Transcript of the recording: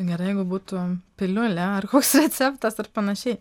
gerai jeigu būtų piliulė ar koks receptas ar panašiai